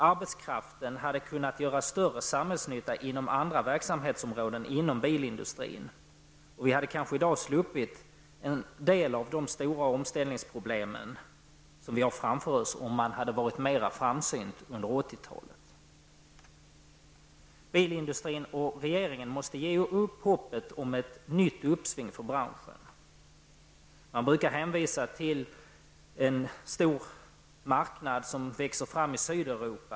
Arbetskraften hade kunnat göra större samhällsnytta inom andra verksamhetsområden än inom bilindustrin, och vi hade kanske sluppit en del av de svåra omställningsproblem som vi nu har framför oss om man hade varit mer framsynt under Bilindustrin och regeringen måste nu ge upp hoppet om ett nytt uppsving för branschen. Man brukar hänvisa till den stora marknad som växer upp i Sydeuropa.